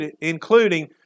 including